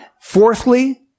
Fourthly